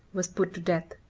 was put to death.